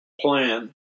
plan